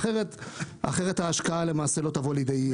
אחרת ההשקעה לא תבוא לידי ביטוי.